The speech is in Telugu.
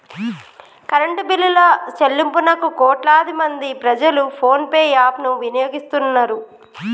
కరెంటు బిల్లుల చెల్లింపులకు కోట్లాది మంది ప్రజలు ఫోన్ పే యాప్ ను వినియోగిస్తున్నరు